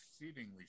Exceedingly